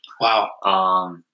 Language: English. Wow